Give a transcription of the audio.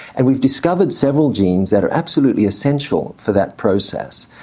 and we've discovered several genes that are absolutely essential for that process.